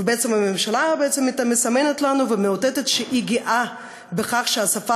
ובעצם הממשלה סימנה לנו ואותתה שהיא גאה בכך שהשפה